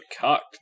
cocked